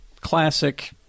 classic